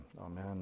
amen